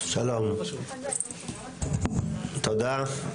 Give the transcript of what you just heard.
שלום, תודה.